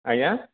ଆଜ୍ଞା